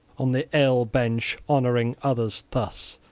on the ale-bench honoring others thus!